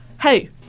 Hey